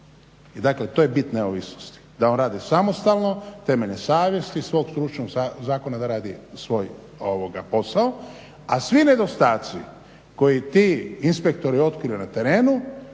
I dakle, to je bit neovisnosti da on radi samostalno, temeljem savjesti i svog stručnog zakona da radi svoj posao. A svi nedostaci koje ti inspektori otkriju na terenu